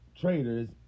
traders